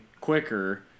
quicker